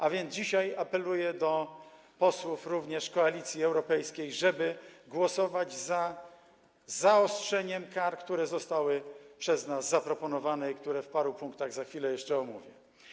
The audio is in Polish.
A więc dzisiaj apeluję do posłów również z Koalicji Europejskiej, żeby głosować za zaostrzeniem kar, co zostało przez nas zaproponowane i co w paru punktach za chwilę jeszcze omówię.